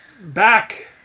Back